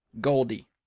Goldie